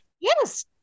Yes